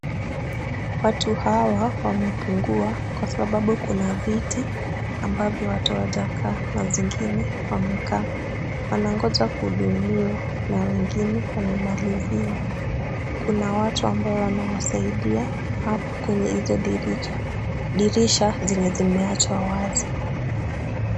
Watu hawa wamepungua kwasababu kuna viti ambavyo watu hawajakaa na zingine wamekaa. Wanangoja kuhudumiwa na wengine wamemaliziwa. Kuna watu ambao wanawasaidia hapo kwenye hizo dirisha zenye zimeachwa wazi.